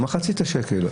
מחצית השקל.